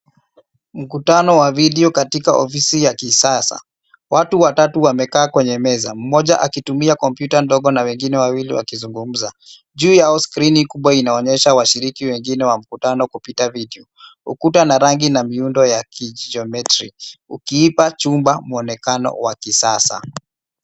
Mkutano wa video katika ofisi ya kisasa. Watu watatu wamekaa kwenye meza mmoja akitumia kompyuta ndogo na wengine wawili wakizungumza. Juu yao skrini kubwa inaonyesha washiriki wengine wa mkutano kupita video. Ukuta na rangi na miundo ya kijiometri ukiipa chumba muonekano wa kisasa.